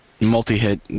multi-hit